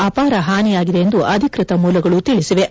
ಅಪಾರ ಹಾನಿಯಾಗಿದೆ ಎಂದು ಅಧಿಕೃತ ಮೂಲಗಳು ತಿಳಿಸಿವೆ